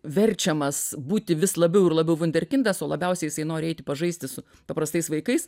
verčiamas būti vis labiau ir labiau vunderkindas o labiausiai jisai nori eiti pažaisti su paprastais vaikais